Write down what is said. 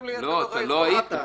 לא, אתם כבר הייתם.